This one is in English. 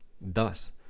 Thus